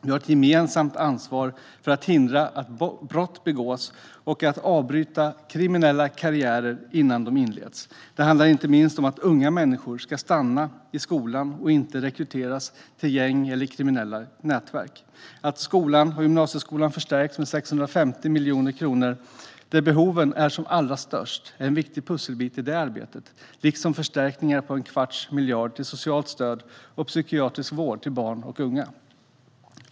Vi har ett gemensamt ansvar att hindra att brott begås och att avbryta kriminella karriärer innan de inleds. Det handlar inte minst om att unga människor ska stanna i skolan och inte rekryteras till gäng eller kriminella nätverk. Att skolan och gymnasieskolan förstärks med 650 miljoner kronor där behoven är som allra störst är en viktig pusselbit i det arbetet, liksom förstärkningen med en kvarts miljard till socialt stöd och psykiatrisk vård till barn och unga.